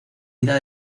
vida